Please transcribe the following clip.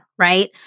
right